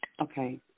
okay